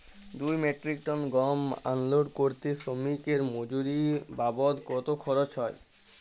দুই metric tonne গম unload করতে শ্রমিক এর মজুরি বাবদ কত খরচ হয়?